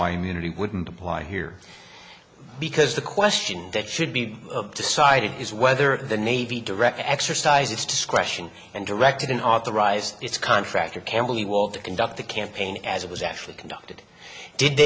why immunity wouldn't apply here because the question that should be decided is whether the navy directly exercise its discretion and directed an authorized its contractor campbell you will the conduct the campaign as it was actually conducted did